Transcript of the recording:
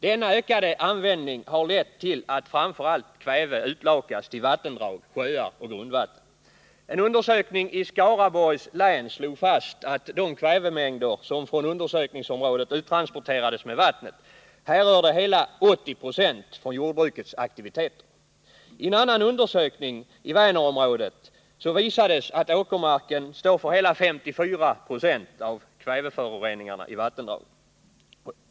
Denna ökade användning har lett till att framför allt kväve utlakas till vattendrag, sjöar och grundvatten. En undersökning i Skaraborgs län slog fast att av de kvävemängder som från undersökningsområdet uttransporterades till vattnet härrörde hela 80 96 från jordbrukets aktiviteter. I en annan undersökning, från Vänerområdet, visades att åkermarken står för hela 54 26 av kväveföroreningarna i vattendragen.